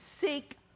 seek